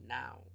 now